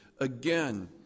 again